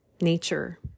nature